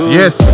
yes